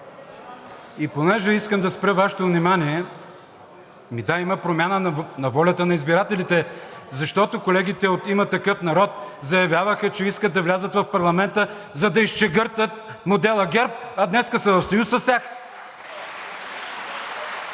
И понеже искам да спра Вашето внимание… (Шум и реплики от ГЕРБ-СДС.) Ами да, има промяна на волята на избирателите, защото колегите от „Има такъв народ“ заявяваха, че искат да влязат в парламента, за да изчегъртат модела ГЕРБ, а днес са в съюз с тях?!